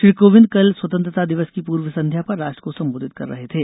श्री कोविंद कल स्वतंत्रता दिवस की पूर्व संध्या पर राष्ट्र को संबोधित कर रहे थे